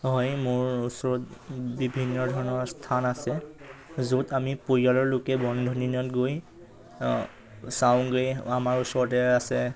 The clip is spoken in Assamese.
হয় মোৰ ওচৰত বিভিন্ন ধৰণৰ স্থান আছে য'ত আমি পৰিয়ালৰ লোকে বন্ধৰ দিনত গৈ চাওঁগৈ আমাৰ ওচৰতে আছে